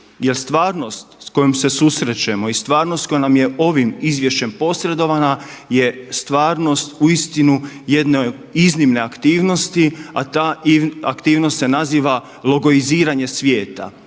stvarnost s kojom se susrećemo i stvarnost koja nam je ovim izvješćem posredovana je stvarnost uistinu jedne iznimne aktivnosti, a ta aktivnosti, a ta aktivnost se naziva logoiziranje svijeta.